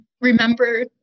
remember